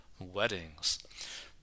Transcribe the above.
weddings